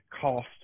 cost